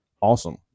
awesome